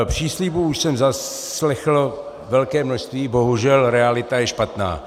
Příslibů už jsem zaslechl velké množství, bohužel realita je špatná.